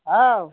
ꯑꯥꯎ